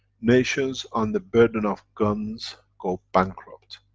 nations under burden of guns go bankrupt.